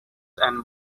and